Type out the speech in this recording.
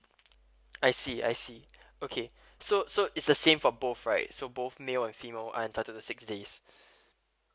I see I see okay so so is the same for both right so both male and female are entitled the six days